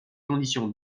conditions